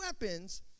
weapons